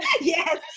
Yes